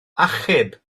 achub